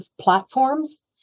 platforms